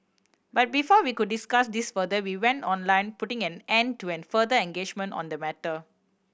but before we could discuss this further we went online putting an end to and further engagement on the matter